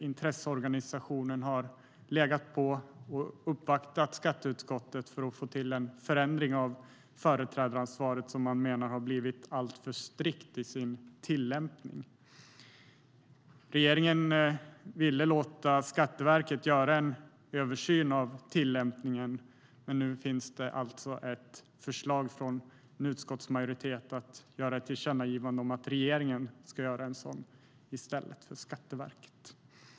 Intresseorganisationen Svenskt Näringsliv har uppvaktat skatteutskottet för att få till en förändring av företrädaransvaret, som man menar har blivit alltför strikt i sin tillämpning. Regeringen ville låta Skatteverket göra en översyn av tillämpningen, men nu finns det alltså ett förslag från utskottsmajoriteten att göra ett tillkännagivande om att regeringen ska göra en sådan i stället för Skatteverket.